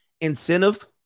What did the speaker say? incentive